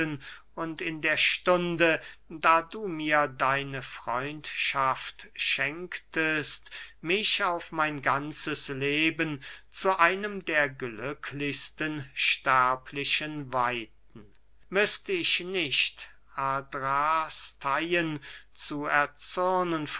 und in der stunde da du mir deine freundschaft schenktest mich auf mein ganzes leben zu einem der glücklichsten sterblichen weihten müßt ich nicht adrasteien zu erzürnen